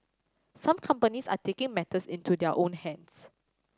some companies are taking matters into their own hands